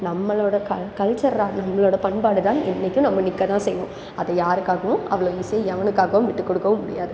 நம்மளோடய கல் கல்ச்சர்டா நம்மளோடய பண்பாடுடானு என்னைக்கும் நம்ம நிற்க தான் செய்வோம் அதை யாருக்காகவும் அவ்வளவு ஈஸியாக எவனுக்காகவும் விட்டுக் கொடுக்கவும் முடியாது